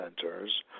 centers